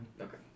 Okay